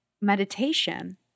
meditation